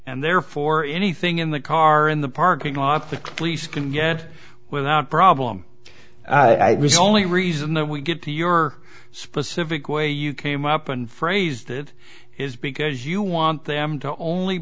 and therefore anything in the car in the parking lot the police can get without problem i was only reason that we get to your specific way you came up and phrased it is because you want them to only